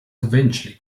eventually